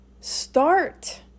start